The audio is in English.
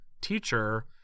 teacher